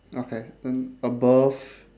okay then above